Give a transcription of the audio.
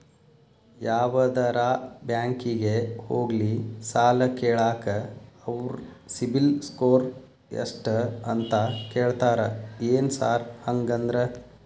ಯಾವದರಾ ಬ್ಯಾಂಕಿಗೆ ಹೋಗ್ಲಿ ಸಾಲ ಕೇಳಾಕ ಅವ್ರ್ ಸಿಬಿಲ್ ಸ್ಕೋರ್ ಎಷ್ಟ ಅಂತಾ ಕೇಳ್ತಾರ ಏನ್ ಸಾರ್ ಹಂಗಂದ್ರ?